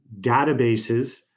databases